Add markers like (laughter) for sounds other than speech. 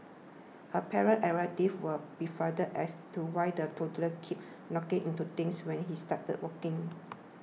her parents and relatives were befuddled as to why the toddler kept (noise) knocking into things when she started walking